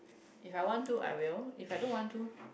if I want to I will if I don't want to